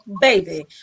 baby